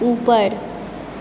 ऊपर